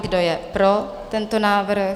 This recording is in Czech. Kdo je pro tento návrh?